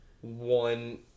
one